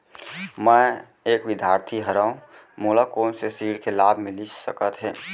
मैं एक विद्यार्थी हरव, मोला कोन से ऋण के लाभ मिलिस सकत हे?